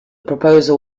proposal